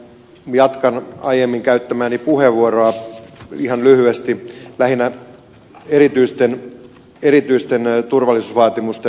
jatkan aiemmin käyttämääni puheenvuoroa ihan lyhyesti lähinnä erityisten turvallisuusvaatimusten osalta